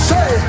Say